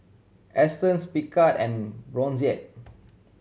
Astons Picard and Brotzeit